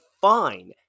fine